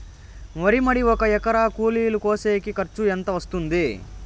వరి మడి ఒక ఎకరా కూలీలు కోసేకి ఖర్చు ఎంత వస్తుంది?